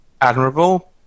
admirable